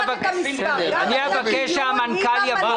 לא רק את המספרים אלא גם את הדיון --- אני אבקש שהמנכ"ל יבוא.